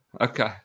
Okay